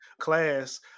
class